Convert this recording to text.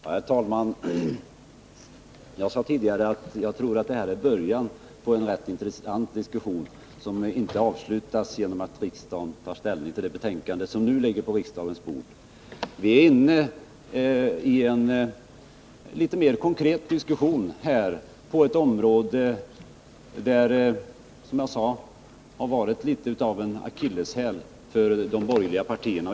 Herr talman! Jag sade tidigare att jag tror det här kan bli början på en rätt intressant diskussion, som inte avslutas genom att riksdagen tar ställning till det betänkande som nu ligger på riksdagens bord. Vi är nu inne i en mer konkret diskussion, på ett område som har varit litet av en akilleshäl för de borgerliga partierna.